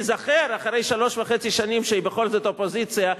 זה לא מדויק.